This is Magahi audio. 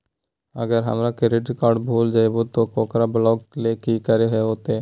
अगर हमर क्रेडिट कार्ड भूल जइबे तो ओकरा ब्लॉक लें कि करे होते?